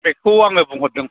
बेखौ आङो बुंहरदों